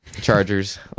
chargers